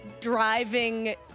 driving